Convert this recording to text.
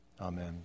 Amen